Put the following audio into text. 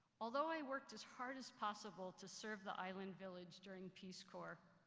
although i worked as hard as possible to serve the island village during peace corps,